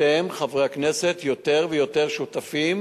אתם, חברי הכנסת, יותר ויותר שותפים